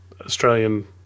Australian